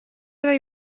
they